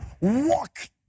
walk